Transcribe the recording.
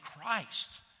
Christ